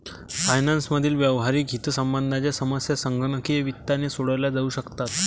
finance मधील व्यावहारिक हितसंबंधांच्या समस्या संगणकीय वित्ताने सोडवल्या जाऊ शकतात